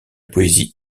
poésie